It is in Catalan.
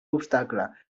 obstacle